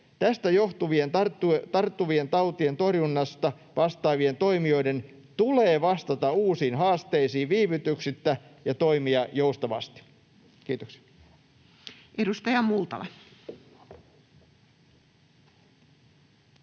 Tästä johtuen tarttuvien tautien torjunnasta vastaavien toimijoiden tulee vastata uusiin haasteisiin viivytyksettä ja toimia joustavasti. — Kiitoksia. [Speech 257]